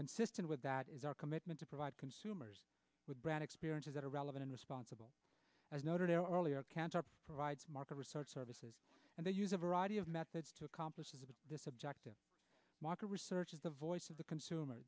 consistent with that is our commitment to provide consumers with brad experiences that are relevant responsible as noted earlier cancer provides market research services and they use a variety of methods to accomplish this objective market research is the voice of the consumer